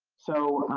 so,